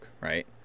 right